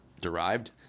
derived